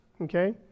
okay